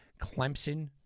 Clemson